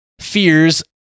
Fears